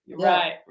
Right